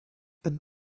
and